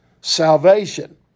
salvation